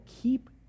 keep